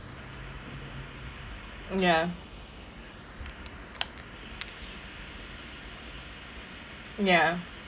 ya ya